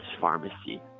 pharmacy